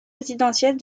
résidentiels